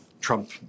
Trump